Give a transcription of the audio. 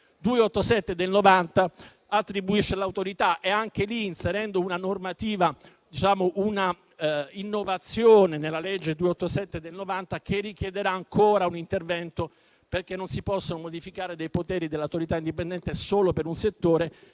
287 del 1990 attribuisce a tale Autorità, anche in questo caso inserendo una innovazione nella legge n. 287 del 1990 che richiederà ancora un intervento perché non si possono modificare i poteri dell'Autorità indipendente solo per un settore,